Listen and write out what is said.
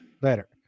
Later